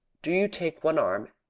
do you take one arm,